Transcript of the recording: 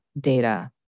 data